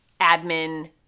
admin